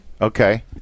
Okay